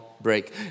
break